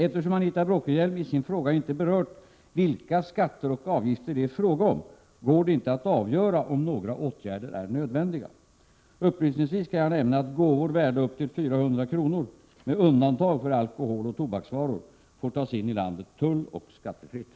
Eftersom Anita Bråkenhielm i sin fråga inte berört vilka skatter och avgifter det är fråga om, går det inte att avgöra om några åtgärder är nödvändiga. Upplysningsvis kan jag nämna att gåvor värda upp till 400 kr., med undantag för alkoholoch tobaksvaror, får tas in i landet tulloch skattefritt.